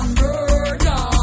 murder